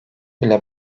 bile